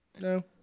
No